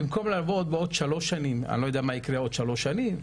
במקום לבוא בעוד שלוש שנים ואני לא יודע מה יקרה בעוד שלוש שנים,